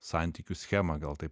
santykių schemą gal taip